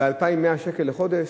ב-2,100 שקל לחודש?